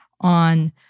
on